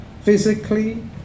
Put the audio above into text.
physically